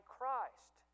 Christ